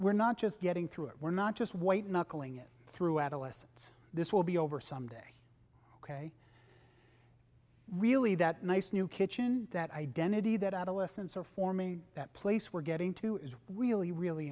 we're not just getting through it we're not just white knuckling it through adolescence this will be over someday ok really that nice new kitchen that identity that adolescents are forming that place we're getting to is really really